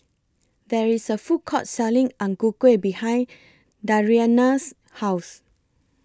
There IS A Food Court Selling Ang Ku Kueh behind Dariana's House